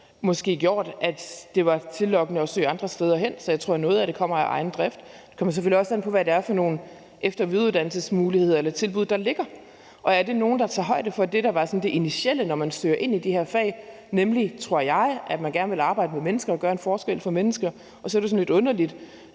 måske har gjort, at det var tillokkende at søge andre steder hen. Så jeg tror, at noget af det kommer af egen drift. Det kommer selvfølgelig også an på, hvad det er for nogle efter- og videreuddannelsesmuligheder eller -tilbud, der ligger, og om det er nogle, der tager højde for det, der er sådan det initiale, når man søger ind i de her fag, nemlig, tror jeg, at man gerne vil arbejde med mennesker og gøre en forskel for mennesker. Så er det sådan lidt underligt,